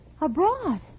Abroad